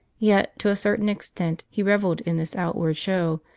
yet to a certain extent he revelled in this out ward show,